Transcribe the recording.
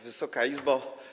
Wysoka Izbo!